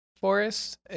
Forest